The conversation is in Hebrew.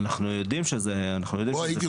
אנחנו יודעים שזה קורה --- פה הייתי